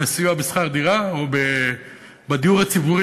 מהסיוע בשכר דירה או בדיור הציבורי